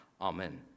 Amen